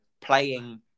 playing